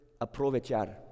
aprovechar